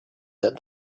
that